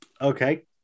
Okay